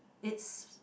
it's